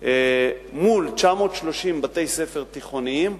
מול 930 בתי-ספר תיכוניים,